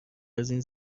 ازاین